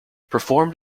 performed